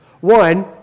One